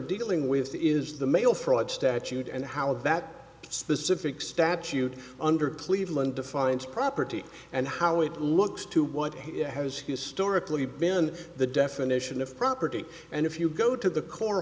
dealing with is the mail fraud statute and how that specific statute under cleveland defines property and how it looks to what has historically been the definition of property and if you go to the core